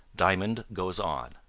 diamond goes on